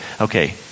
okay